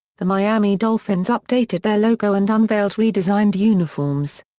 the miami dolphins updated their logo and unveiled redesigned uniforms.